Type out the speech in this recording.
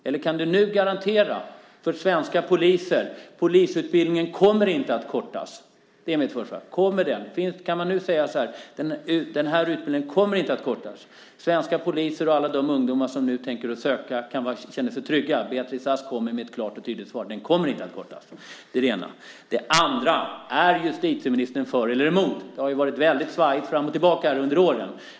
Eller kan du nu garantera svenska poliser, Beatrice Ask, att polisutbildningen inte kommer att kortas? Kan man nu säga att utbildningen inte kommer att kortas? Kan svenska poliser och alla de ungdomar som nu tänker söka till utbildningen känna sig trygga? Kommer Beatrice Ask med ett klart och tydligt svar om att utbildningen inte kommer att kortas? Det är det ena. Det andra är: Är justitieministern för eller emot? Det har varit väldigt svajigt, fram och tillbaka, här under åren.